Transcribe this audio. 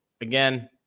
again